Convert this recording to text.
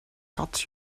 cut